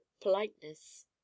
politeness